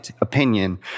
opinion